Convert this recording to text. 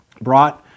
brought